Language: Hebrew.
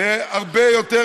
הוא הרבה יותר